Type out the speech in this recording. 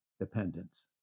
Dependence